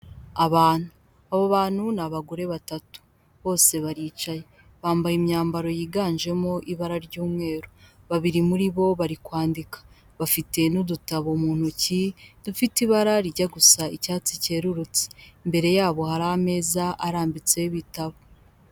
Abantu, abo bantu ni abagore batatu bose baricaye bambaye imyambaro yiganjemo ibara ry'umweru babiri muri bo bari kwandika bafite n'udutabo mu ntoki dufite ibara risa icyatsi cyerurutse. Imbere yabo hari ameza arambitseho ibitabo.